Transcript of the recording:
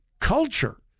culture